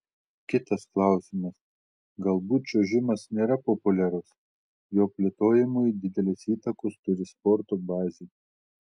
kitas klausimas galbūt čiuožimas nėra populiarus jo plėtojimui didelės įtakos turi sporto bazė